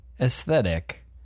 aesthetic